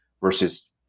versus